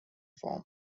form